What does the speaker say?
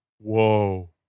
Whoa